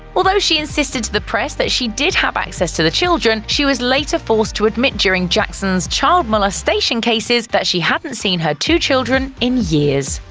although she insisted to the press that she did have access to the children, she was later forced to admit during jackon's child molestation cases that she hadn't seen her two children in years.